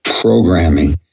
programming